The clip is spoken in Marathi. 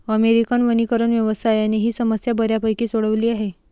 अमेरिकन वनीकरण व्यवसायाने ही समस्या बऱ्यापैकी सोडवली आहे